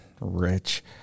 rich